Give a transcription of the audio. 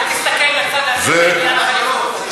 אל תסתכל לצד הזה בעניין החליפות, אדוני.